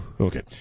Okay